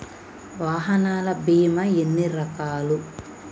వాహనాల బీమా ఎన్ని రకాలు?